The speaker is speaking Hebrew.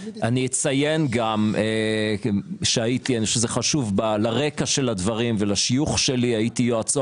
אציין גם שהייתי לרקע הדברים ולשיוך שלי הייתי יועצו